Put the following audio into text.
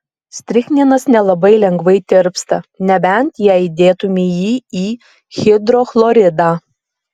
strichninas nelabai lengvai tirpsta nebent jei įdėtumei jį į hidrochloridą